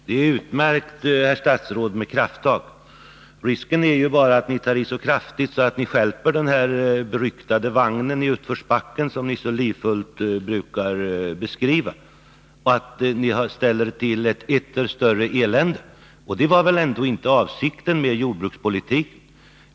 Herr talman! Det är utmärkt med krafttag, herr statsråd. Risken är bara att nitar i så kraftigt att ni stjälper den beryktade vagnen i utförsbacke, som ni så livfullt brukar beskriva, och att ni ställer till ett etter värre elände. Det var väl ändå inte avsikten med er jordbrukspolitik?